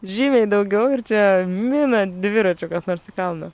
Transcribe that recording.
žymiai daugiau ir čia mina dviračiu kas nors į kalną